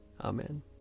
Amen